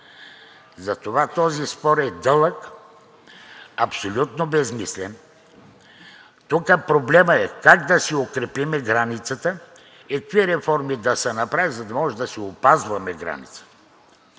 Затова този спор е дълъг – абсолютно безсмислен. Тук проблемът е как да си укрепим границата и какви реформи да се направят, за да може да си опазваме границата.